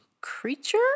creature